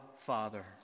Father